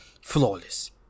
flawless